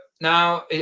now